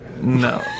No